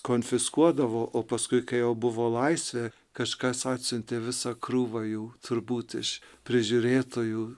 konfiskuodavo o paskui kai jau buvo laisvė kažkas atsiuntė visą krūvą jau turbūt iš prižiūrėtojų